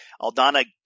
Aldana